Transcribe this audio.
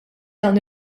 dawn